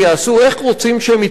איך רוצים שהם יתקיימו?